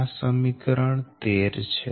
આ સમીકરણ 13 છે